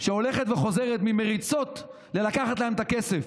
שהולכת וחוזרת ממריצות ללקחת להם את הכסף.